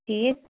ٹھیٖک